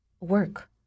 work